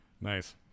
Nice